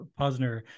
Posner